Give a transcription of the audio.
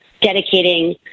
dedicating